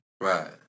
Right